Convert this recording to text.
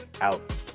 out